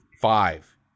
five